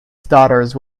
stutters